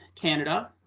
Canada